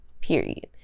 Period